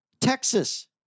Texas